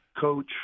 coach